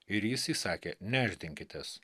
ir jis įsakė nešdinkitės